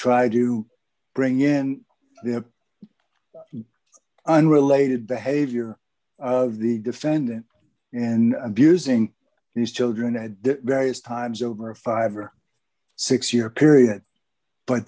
try to bring in the unrelated behavior of the defendant and abusing his children at various times over a five or six year period but